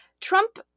Trump